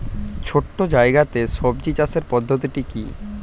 ছোট্ট জায়গাতে সবজি চাষের পদ্ধতিটি কী?